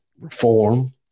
reform